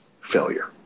failure